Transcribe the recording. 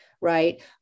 right